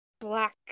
black